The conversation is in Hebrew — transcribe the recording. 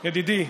ידידי,